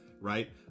right